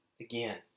again